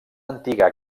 antiga